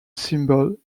symbol